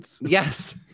Yes